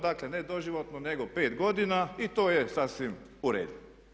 Dakle, ne doživotno, nego pet godina i to je sasvim u redu.